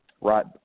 right